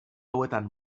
hauetan